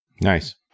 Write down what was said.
Nice